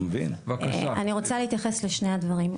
אני רוצה להתייחס לשני הדברים,